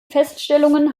feststellungen